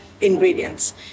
ingredients